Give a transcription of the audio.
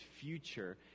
future